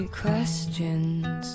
questions